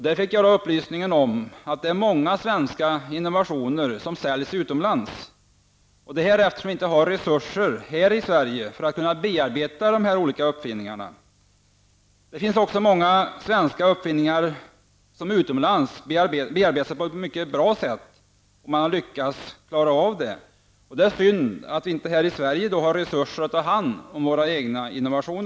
Där fick jag upplysningar om att det är många svenska innovationer som säljs utomlands, eftersom det inte finns resurser här i Sverige att kunna bearbeta olika uppfinningar. Det finns dock många svenska uppfinningar som utomlands bearbetats på ett framgångsrikt sätt. Det är ju synd att vi här i Sverige inte har resurser att ta hand om våra egna innovationer.